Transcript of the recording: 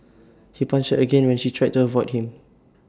he punched again when she tried to avoid him